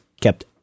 kept